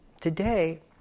today